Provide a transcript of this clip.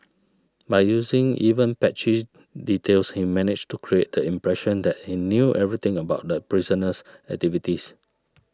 by using even patchy details he managed to create the impression that he knew everything about the prisoner's activities